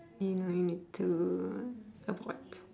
you know you need to abort